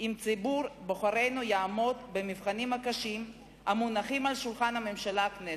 עם ציבור בוחרינו יעמוד במבחנים הקשים המונחים על שולחן הממשלה והכנסת.